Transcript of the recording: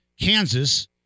kansas